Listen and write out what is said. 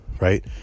right